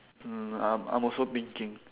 mm I'm I'm also thinking